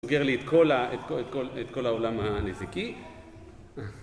סוגר לי את כל העולם הנזיקין